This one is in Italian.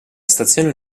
stazione